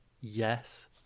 Yes